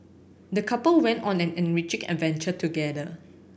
the couple went on an enriching adventure together